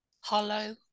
hollow